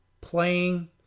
playing